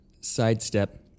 sidestep